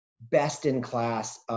best-in-class